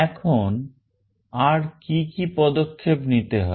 এখন আর কি কি পদক্ষেপ নিতে হবে